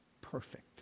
Perfect